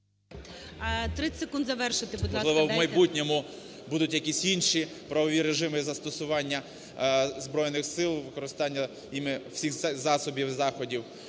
в майбутньому будуть якісь інші правові режими і застосування Збройних Сил, використання ними всіх засобів і заходів.